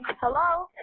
Hello